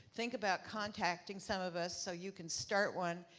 think about contacting some of us so you can start one.